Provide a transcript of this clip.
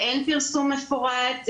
ואין פרסום מפורט,